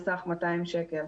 על סך 200 שקל.